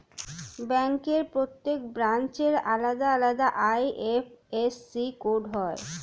ব্যাংকের প্রত্যেক ব্রাঞ্চের আলাদা আলাদা আই.এফ.এস.সি কোড হয়